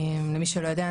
למי שלא יודע,